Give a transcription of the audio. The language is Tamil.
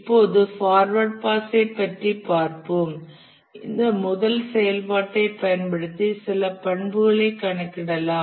இப்போது ஃபார்வர்ட் பாஸைப் பற்றி பார்ப்போம் இந்த முதல் செயல்பாடை பயன்படுத்தி சில பண்புகளை கணக்கிடலாம்